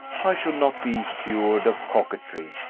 i should not be cured of coquetry.